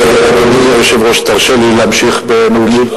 אדוני היושב-ראש, תרשה לי להמשיך בנאומי.